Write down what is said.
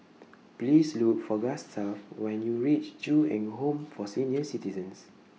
Please Look For Gustaf when YOU REACH Ju Eng Home For Senior Citizens